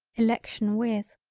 election with.